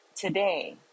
today